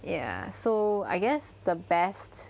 ya so I guess the best